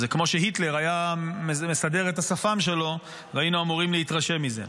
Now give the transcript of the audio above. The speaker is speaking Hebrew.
זה כמו שהיטלר היה מסדר את השפם שלו והיינו אמורים להתרשם מזה.